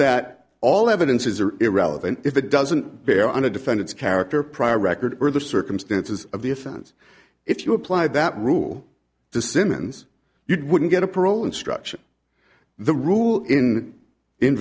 that all evidences are irrelevant if it doesn't bear on a defendant's character prior record or the circumstances of the offense if you apply that rule to simmons you'd wouldn't get a parole instruction the rule in in